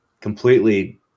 completely